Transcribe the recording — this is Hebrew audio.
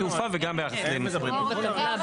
דרור בוימל כן.